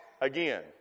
again